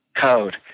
code